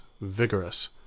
vigorous